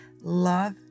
Love